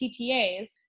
PTAs